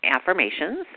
affirmations